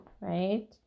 right